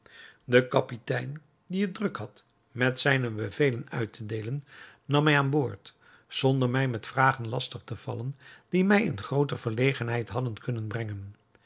de kapitein die het druk had met zijne bevelen uit te deelen nam mij aan boord zonder mij met vragen lastig te vallen die mij in groote verlegenheid hadden kunnen brengen